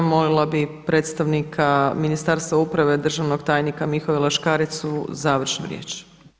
Molila bi predstavnika Ministarstva uprave državnog tajnika Mihovila Škaricu završnu riječ.